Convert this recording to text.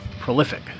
Prolific